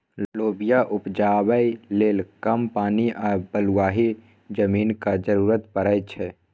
लोबिया उपजाबै लेल कम पानि आ बलुआही जमीनक जरुरत परै छै